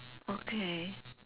okay